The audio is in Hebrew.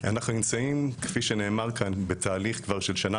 אנחנו נמצאים כפי שנאמר כאן בתהליך של שנה